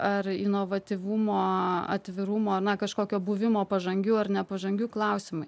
ar inovatyvumo atvirumo na kažkokio buvimo pažangių ar nepažangių klausimai